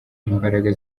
imbaraga